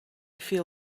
feel